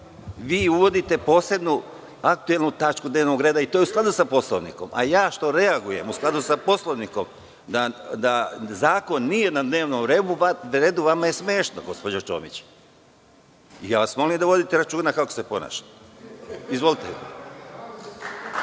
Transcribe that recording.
Vi uvodite posebnu aktuelnu tačku dnevnog reda i to je u skladu sa Poslovnikom, a ja što reagujem, u skladu sa Poslovnikom, da zakon nije na dnevnom redu, vama je smešno, gospođo Čomić. Molim vas da vodite računa kako se ponašate. Izvolite.